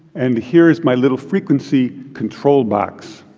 and here is my little frequency control box.